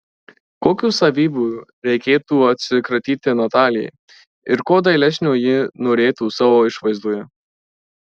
kokių savybių reikėtų atsikratyti natalijai ir ko dailesnio ji norėtų savo išvaizdoje